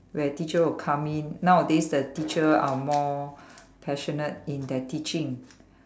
where teacher will come in nowadays the teacher are more passionate in their teaching